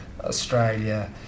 Australia